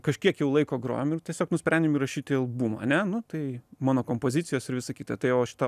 kažkiek jau laiko grojom ir tiesiog nusprendėm įrašyti albumą ane nu tai mano kompozicijos ir visa kita tai o šita